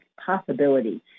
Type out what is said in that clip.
possibility